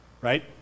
Right